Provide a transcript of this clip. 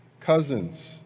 cousins